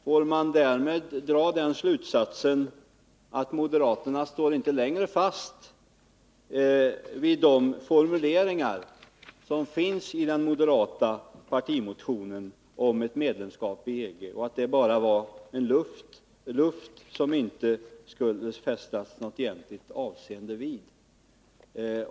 Får man därmed dra den slutsatsen att moderaterna inte längre står fast vid de formuleringar som finns i den moderata partimotionen om ett medlemskap i EG och att det bara var luft, som man inte skulle fästa något egentligt avseende vid?